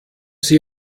sie